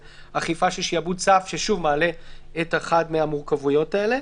זו אכיפת שעבוד צף ששוב מעלה את אחת מהמורכבויות האלה.